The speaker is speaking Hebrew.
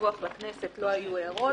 ולכן עשינו מספר שינויים בנוסח.